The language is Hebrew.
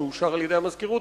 שאושר על-ידי המזכירות,